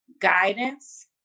guidance